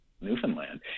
Newfoundland